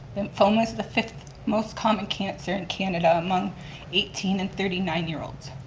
lymphoma is the fifth most common cancer in canada among eighteen and thirty nine year olds.